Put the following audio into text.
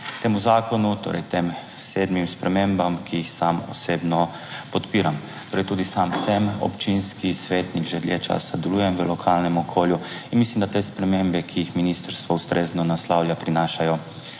temu zakonu, torej tem sedmim spremembam, ki jih sam osebno podpiram. Torej tudi sam sem občinski svetnik, že dlje časa delujem v lokalnem okolju in mislim, da te spremembe, ki jih ministrstvo ustrezno naslavlja, prinašajo